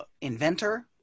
inventor